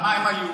מה הם היו?